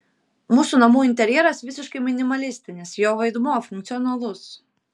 mūsų namų interjeras visiškai minimalistinis jo vaidmuo funkcionalus